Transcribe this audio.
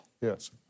Yes